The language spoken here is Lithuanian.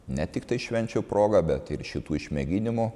ne tiktai švenčių proga bet ir šitų išmėginimų